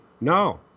No